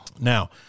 Now